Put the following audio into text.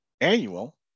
annual